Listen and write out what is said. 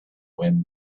when